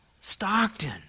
Stockton